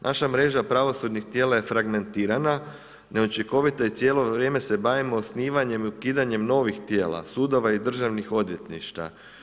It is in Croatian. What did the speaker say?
Naša mreža pravosudnih tijela je fragmentirana, neučinkovita i cijelo vrijeme se bavimo osnivanjem i ukidanjem novih tijela, sudova i državnih odvjetništva.